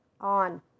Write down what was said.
on